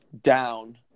down